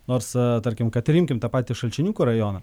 nors tarkim kad ir imkim tą patį šalčininkų rajoną